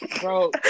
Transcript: Bro